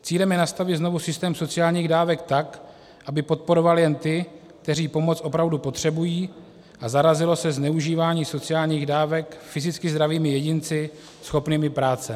Cílem je nastavit znovu systém sociálních dávek tak, aby podporoval jen ty, kteří pomoc opravdu potřebují, a zarazilo se zneužívání sociálních dávek fyzicky zdravými jedinci schopnými práce.